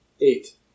eight